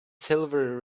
silver